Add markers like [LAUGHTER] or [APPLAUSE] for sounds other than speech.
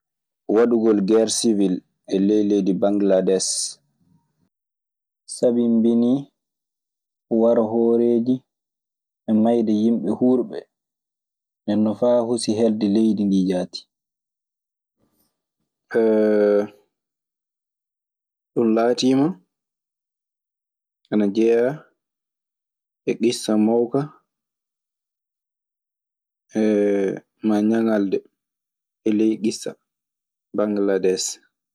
Wadugol gere siwil e ley leydi Bangladees. Sabimbinii waro hooreeji e maayde yimɓe huurɓe. Nden non faa hosi helde leydi ndii jaati. [HESITATION] Ɗun laatiima ana jeyaa e issa mawka [HESITATION] maa ñaŋalde e ley issa Bangladees